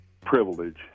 privilege